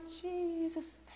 Jesus